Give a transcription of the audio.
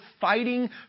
fighting